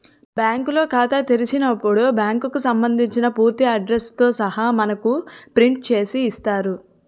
బ్యాంకులో ఖాతా తెలిసినప్పుడు బ్యాంకుకు సంబంధించిన పూర్తి అడ్రస్ తో సహా మనకు ప్రింట్ చేసి ఇస్తారు